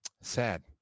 sad